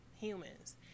humans